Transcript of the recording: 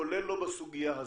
כולל לא בסוגיה הזו.